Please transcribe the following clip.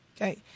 Okay